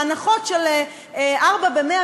ההנחות של ארבעה ב-100,